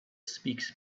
speaks